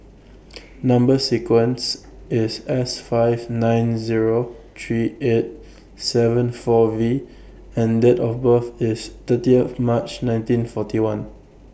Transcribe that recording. Number sequence IS S five nine Zero three eight seven four V and Date of birth IS thirtieth March nineteen forty one